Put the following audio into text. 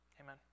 Amen